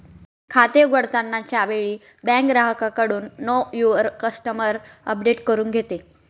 खाते उघडताना च्या वेळी बँक ग्राहकाकडून नो युवर कस्टमर अपडेट करून घेते